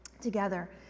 together